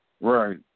Right